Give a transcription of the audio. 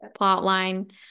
plotline